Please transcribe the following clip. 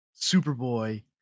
Superboy